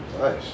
nice